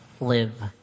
live